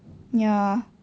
ya